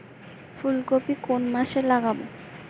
ফুলকপি কোন মাসে লাগাবো?